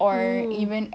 oo